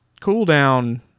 cooldown